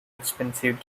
expensive